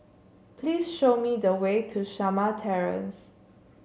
please show me the way to Shamah Terrace